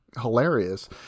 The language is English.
hilarious